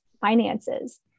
finances